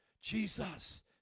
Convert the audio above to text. Jesus